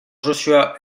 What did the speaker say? joshua